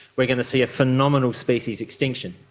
we are going to see a phenomenal species extinction.